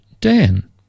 Dan